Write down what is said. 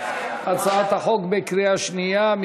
החוק בקריאה שנייה?